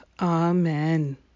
Amen